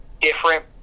different